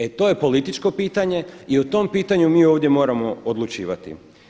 E to je političko pitanje i o tom pitanju mi ovdje moramo odlučivati.